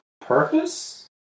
purpose